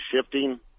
shifting